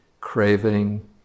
craving